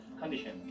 condition